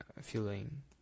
feeling